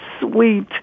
sweet